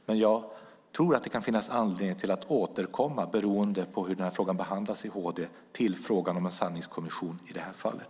Men jag tror att det kan finnas anledning att återkomma - beroende på hur frågan behandlas i HD - till frågan om en sanningskommission i det här fallet.